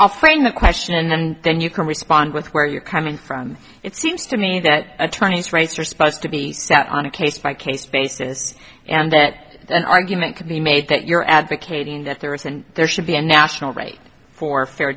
offering the question and then you can respond with where you're coming from it seems to me that attorneys rights are supposed to be set on a case by case basis and that an argument could be made that you're advocating that there is and there should be a national right for fair